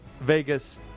Vegas